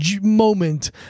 moment